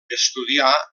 estudià